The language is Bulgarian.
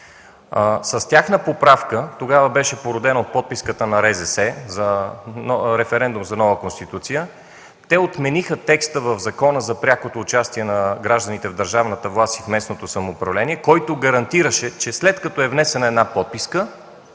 С тяхна поправка, породена от подписката на РЗС за референдум за нова Конституция, отмениха текст в Закона за пряко участие на гражданите в държавната власт и местното самоуправление, който гарантираше, че след внасяне на дадена подписка